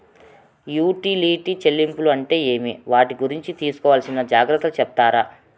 Utility చెల్లింపులు అంటే ఏమి? వాటి గురించి తీసుకోవాల్సిన జాగ్రత్తలు సెప్తారా?